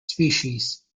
species